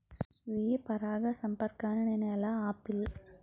స్వీయ పరాగసంపర్కాన్ని నేను ఎలా ఆపిల్?